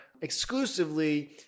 exclusively